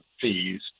fees